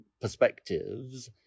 perspectives